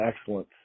excellence